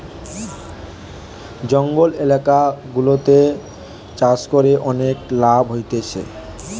জঙ্গল এলাকা গুলাতে চাষ করে অনেক লাভ হতিছে